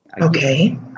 Okay